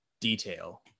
detail